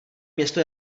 město